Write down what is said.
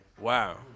Wow